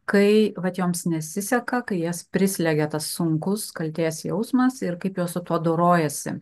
kai vat joms nesiseka kai jas prislegia tas sunkus kaltės jausmas ir kaip jos su tuo dorojasi